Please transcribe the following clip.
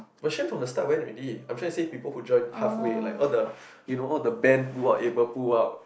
question from the start went already offensive people who join half way like all the you know all the band who are able pull out